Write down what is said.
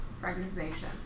fragmentation